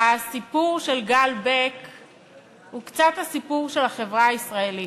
הסיפור של גל בק הוא קצת הסיפור של החברה הישראלית.